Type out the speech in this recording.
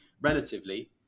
relatively